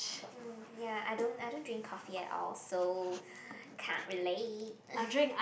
mm ya I don't I don't drink coffee at all so can't relate